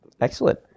Excellent